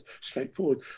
straightforward